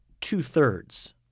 two-thirds